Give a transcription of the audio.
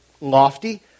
lofty